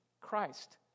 Christ